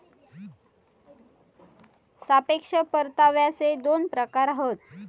सापेक्ष परताव्याचे दोन प्रकार हत